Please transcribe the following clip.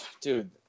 Dude